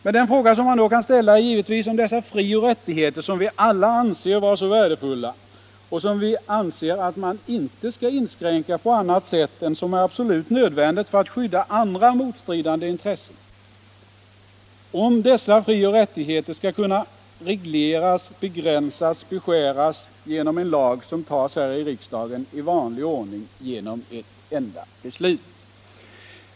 Men den fråga som man då kan ställa är givetvis om dessa frioch rättigheter — som vi alla anser vara så värdefulla och som vi anser att man inte skall inskränka på annat 21 sätt än som är absolut nödvändigt för att skydda andra motstridande intressen — skall kunna regleras, begränsas och beskäras genom en lag som stiftas här i riksdagen genom ett enda beslut i vanlig ordning.